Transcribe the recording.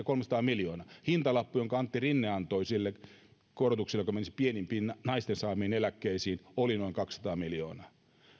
kolmesataa miljoonaa hintalappu jonka antti rinne antoi sille korotukselle joka menisi pienimpiin naisten saamiin eläkkeisiin oli noin kaksisataa miljoonaa